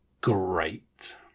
great